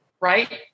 Right